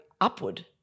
upward